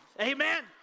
amen